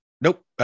nope